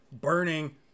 burning